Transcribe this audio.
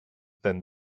then